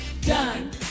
Done